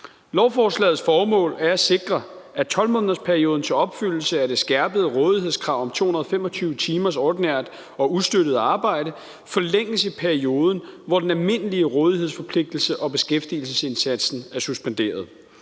Lovforslagets formål er at sikre, at 12-månedersperioden til opfyldelse af det skærpede rådighedskrav om 225 timers ordinært og ustøttet arbejde forlænges i perioden, hvor den almindelige rådighedsforpligtelse og beskæftigelsesindsatsen er suspenderet.